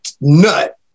nut